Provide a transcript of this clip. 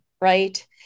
right